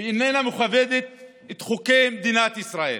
בכך שאינה מכבדת את חוקי מדינת ישראל.